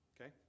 okay